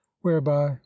whereby